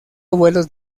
vuelos